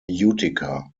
utica